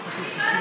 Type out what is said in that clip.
נכון?